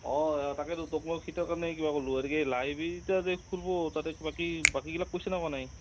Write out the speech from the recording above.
অঁ তাকেতো তোক মই সেইটোৰ কাৰণে কিবা ক'লোঁ হয় এতিকে লাইব্ৰেৰী এটা যে খুলিব তাতে বাকী বাকীগিলাক কৈছেনে কোৱা নাই